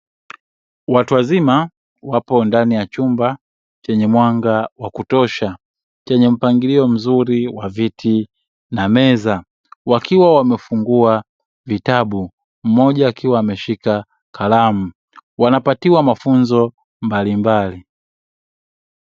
Watu wazima wapo ndani ya chumba chenye mwanga wa kutosha chenye mpangilio mzuri wa viti na meza, wakiwa wamefungua vitabu, mmoja akiwa ameshika kalamu; wanapatiwa mafunzo mbalimbali.